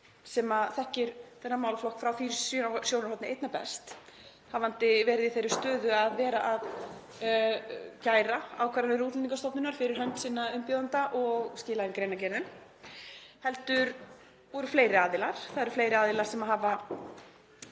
sem þekkir þennan málaflokk frá því sjónarhorni einna best, hafandi verið í þeirri stöðu að vera að kæra ákvarðanir Útlendingastofnunar fyrir hönd sinna umbjóðenda og skilað inn greinargerðum, heldur voru fleiri aðilar. Það eru fleiri aðilar sem hafa